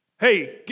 hey